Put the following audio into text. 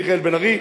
מיכאל בן-ארי,